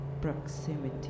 proximity